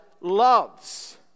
loves